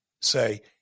say